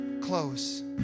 close